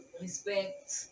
respect